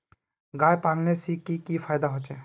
गाय पालने से की की फायदा होचे?